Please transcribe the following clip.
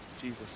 Jesus